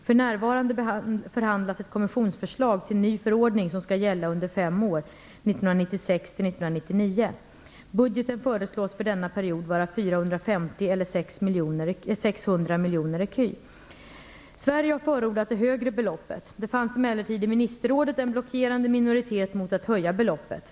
För närvarande förhandlas ett kommissionsförslag till ny förordning som skall gälla under fem år, 450 eller 600 miljoner ecu. Sverige har förordat det högre beloppet. Det fanns emellertid i ministerrådet en blockerande minoritet mot att höja beloppet.